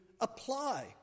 apply